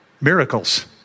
Miracles